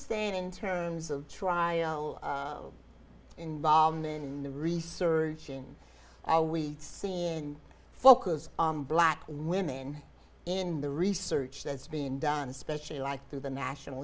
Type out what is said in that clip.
saying in terms of trying involvement in the research and i we see and focus on black women in the research that's been done especially like through the national